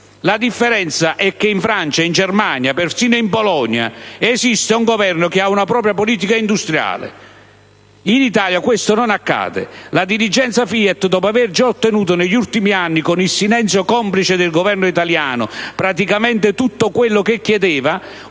La differenza è che in Francia, in Germania, perfino in Polonia, esiste un Governo che ha una propria politica industriale. In Italia questo non accade. La dirigenza FIAT, dopo aver già ottenuto negli ultimi anni, con il silenzio complice del Governo italiano, praticamente tutto quello che chiedeva,